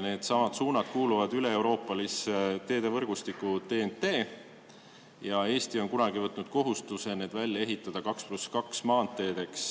Need teed kuuluvad üleeuroopalisse teedevõrgustikku TEN-T ja Eesti on kunagi võtnud kohustuse need välja ehitada 2 + 2 maanteedeks